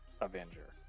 Avenger